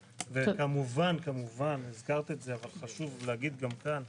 וכמובן, חשוב להגיד גם כאן,